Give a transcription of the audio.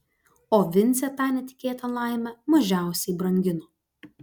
o vincė tą netikėtą laimę mažiausiai brangino